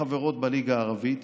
כחברות בליגה הערבית